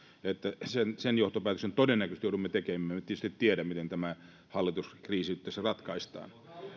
sen sen johtopäätöksen todennäköisesti joudumme tekemään me emme tietysti tiedä miten tämä hallituskriisi nyt tässä ratkaistaan